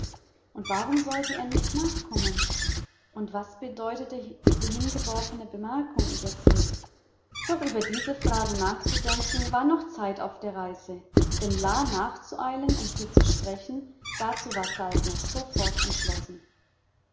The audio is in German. und warum sollte er ihr nicht nachkommen und was bedeutete diese hingeworfene bemerkung über se doch über diese fragen nachzudenken war noch zeit auf der reise denn la nachzueilen um sie zu sprechen dazu war saltner sofort entschlossen